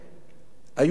היו מאובנים,